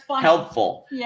helpful